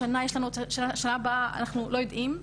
השנה יש לנו, שנה הבאה אנחנו לא יודעים.